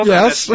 Yes